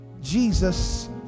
Jesus